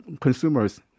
consumers